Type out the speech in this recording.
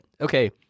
okay